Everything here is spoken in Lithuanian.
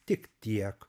tik tiek